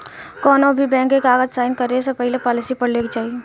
कौनोभी बैंक के कागज़ साइन करे से पहले पॉलिसी पढ़ लेवे के चाही